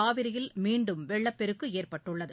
காவிரியில் மீண்டும் வெள்ளப்பெருக்கு ஏற்பட்டுள்ளது